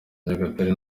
nyagatare